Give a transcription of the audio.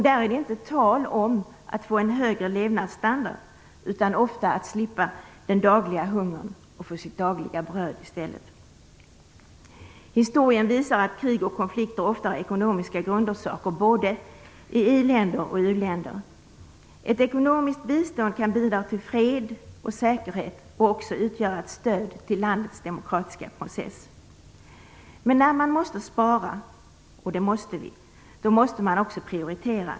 Där är det inte tal om att få en högre levnadsstandard, utan ofta om att slippa den dagliga hungern och få sitt dagliga bröd i stället. Historien visar att krig och konflikter ofta har ekonomisk grundorsak i både i-länder och u-länder. Ett ekonomiskt bistånd kan bidra till fred och säkerhet och utgöra ett stöd till landets demokratiska process. Men när man måste spara, och det måste vi, då måste man också prioritera.